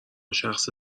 شخص